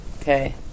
Okay